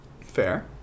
Fair